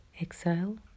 exhale